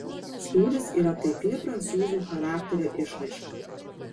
sūris yra taikli prancūzų charakterio išraiška